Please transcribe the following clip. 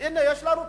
הנה, יש לנו תוכנית,